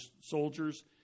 soldiers